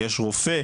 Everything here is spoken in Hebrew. יש רופא,